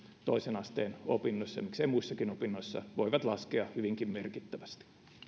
toisen asteen opinnoissa ja miksei muissakin opinnoissa voivat laskea hyvinkin merkittävästi